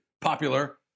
popular